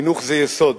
חינוך זה יסוד.